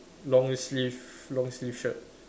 long sleeve long sleeve shirt